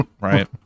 Right